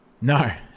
No